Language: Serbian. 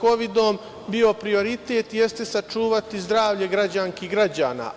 Kovidom bio prioritet, jeste sačuvati zdravlje građanki i građana.